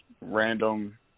random